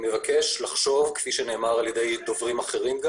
כפי שנאמר על ידי דוברים אחרים,